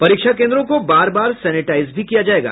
परीक्षा केंद्रों को बार बार सैनेटाइज भी किया जायेगा